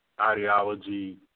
ideology